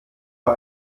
mal